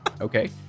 Okay